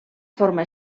forma